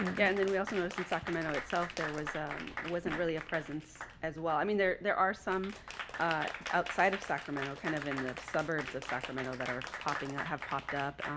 yeah and then we also notice in sacramento itself, there was wasn't really a presence as well. i mean, there there are some outside of sacramento kind of in the suburbs of sacramento that are popping that ah have popped up.